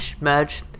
merge